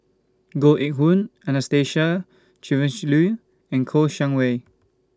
Koh Eng Hoon Anastasia Tjendri Liew and Kouo Shang Wei